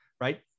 right